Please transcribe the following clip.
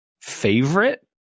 favorite